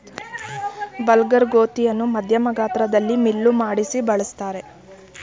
bulgur ಗೋಧಿಯನ್ನು ಮಧ್ಯಮ ಗಾತ್ರದಲ್ಲಿ ಮಿಲ್ಲು ಮಾಡಿಸಿ ಬಳ್ಸತ್ತರೆ